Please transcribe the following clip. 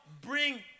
bring